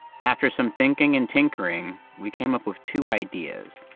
after some thinking and tinkering, we came up with two ideas,